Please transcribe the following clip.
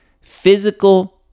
physical